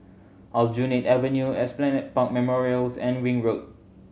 Aljunied Avenue Esplanade Park Memorials and Ring Road